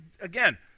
again